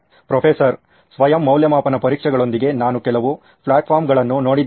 professor ಸ್ವಯಂ ಮೌಲ್ಯಮಾಪನ ಪರೀಕ್ಷೆಗಳೊಂದಿಗೆ ನಾನು ಕೆಲವು ಪ್ಲಾಟ್ಫಾರ್ಮ್ಗಳನ್ನು ನೋಡಿದ್ದೇನೆ